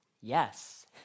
yes